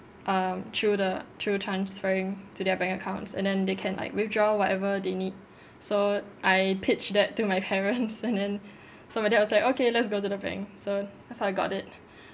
um through the through transferring to their bank accounts and then they can like withdraw whatever they need so I pitched that to my parents and then so my dad was like okay let's go to the bank so that's how I got it